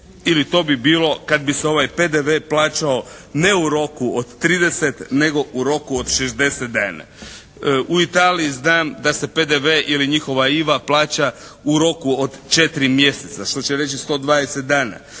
ili to bi bilo kad bi se ovaj PDV plaćao ne u roku od 30, nego u roku od 60 dana. U Italiji znam da se PDV ili njihova iva plaća u roku od 4 mjeseca što će reći 120 dana.